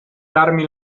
darmi